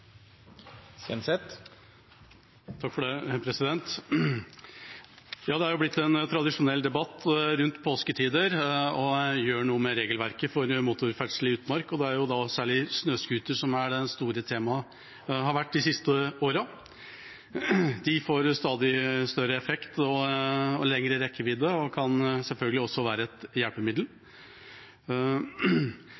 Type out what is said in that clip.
blitt en tradisjonell debatt rundt påsketider å gjøre noe med regelverket for motorferdsel i utmark, og det er særlig snøscooter som har vært det store temaet de siste årene. De får stadig større effekt og lengre rekkevidde og kan selvfølgelig også være et hjelpemiddel.